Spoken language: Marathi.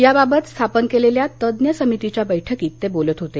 याबाबत स्थापन केलेल्या तज्ञ समितीच्या बैठकीत ते बोलत होते